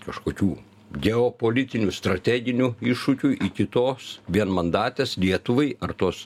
kažkokių geopolitinių strateginių iššūkių ir kitos vienmandatės lietuvai ar tos